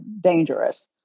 dangerous